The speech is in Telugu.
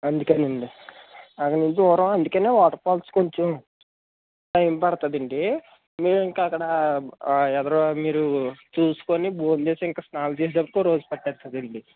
అందుకేనండి అక్కడ నుంచి దూరం అందుకనే వాటర్ఫాల్స్ కొంచెం టైమ్ పడుతుందండి మీరు ఇంకా అక్కడ ఎదర మీరు చూసుకుని భోంచేసి ఇంకా స్నానాలు చేసేసరికి ఒకరోజు పట్టేస్తుందండి